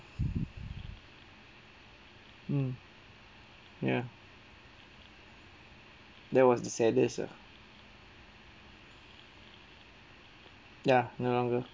mm ya that was the saddest uh ya no longer